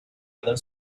other